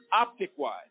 optic-wise